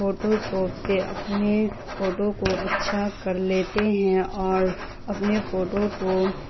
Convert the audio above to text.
photo shop سے اپنے photo کو اچھا کر لیتے ہیں اور اپنے فوٹو کو